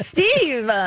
Steve